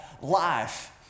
life